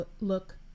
look